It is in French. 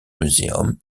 museum